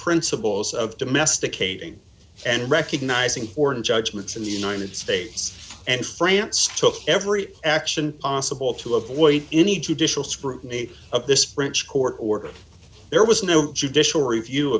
principles of domesticating and recognizing born judgments in the united states and france took every action on civil to avoid any judicial scrutiny of this french court order there was no judicial review